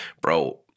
bro